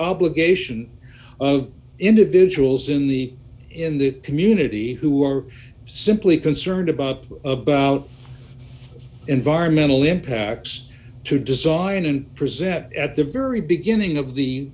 obligation of individuals in the in the community who are simply concerned about about environmental impacts to design and present at the very beginning of the